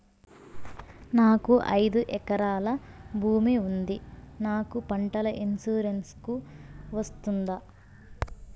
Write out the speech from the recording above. నాకు ఐదు ఎకరాల భూమి ఉంది నాకు పంటల ఇన్సూరెన్సుకు వస్తుందా?